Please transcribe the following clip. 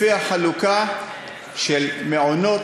לפי החלוקה של, מעונות,